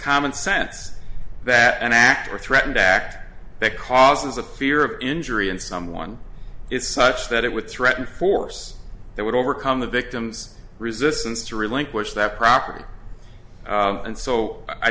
common sense that an act or threatened act that causes a fear of injury and someone is such that it would threaten force that would overcome the victim's resistance to relinquish that property and so i